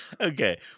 Okay